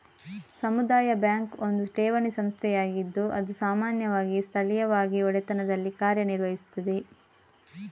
ಸಮುದಾಯ ಬ್ಯಾಂಕ್ ಒಂದು ಠೇವಣಿ ಸಂಸ್ಥೆಯಾಗಿದ್ದು ಅದು ಸಾಮಾನ್ಯವಾಗಿ ಸ್ಥಳೀಯವಾಗಿ ಒಡೆತನದಲ್ಲಿ ಕಾರ್ಯ ನಿರ್ವಹಿಸುತ್ತದೆ